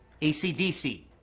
ACDC